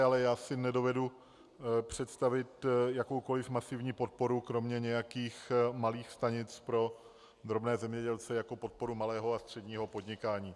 Ale já si nedovedu představit jakoukoliv masivní podporu kromě nějakých malých stanic pro drobné zemědělce jako podporu malého a středního podnikání.